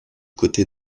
côté